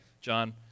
John